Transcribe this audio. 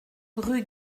rue